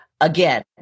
again